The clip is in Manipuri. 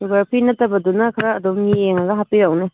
ꯁꯨꯒꯔ ꯐ꯭ꯔꯤ ꯅꯠꯇꯕꯗꯨꯅ ꯈꯔ ꯑꯗꯨꯝ ꯌꯦꯡꯉꯒ ꯍꯥꯞꯄꯤꯔꯛꯎꯅꯦ